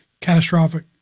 catastrophic